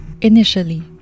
Initially